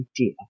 idea